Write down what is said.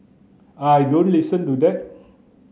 I don't listen to that